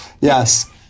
Yes